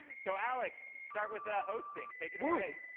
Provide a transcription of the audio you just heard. so alex, start with hosting. take it away.